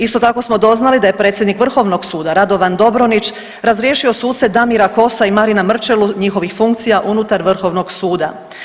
Isto tako smo doznali da je predsjednik vrhovnog suda Radovan Dobronić razriješio suce Damira Kosa i Marina Mrčelu njihovih funkcija unutar vrhovnog suda.